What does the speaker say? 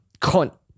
Con